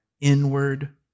inward